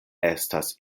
estas